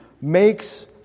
makes